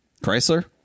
Chrysler